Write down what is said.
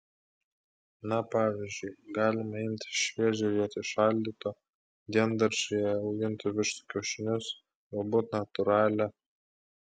na pavyzdžiui galima imti šviežią vietoj šaldyto diendaržyje augintų vištų kiaušinius galbūt natūralią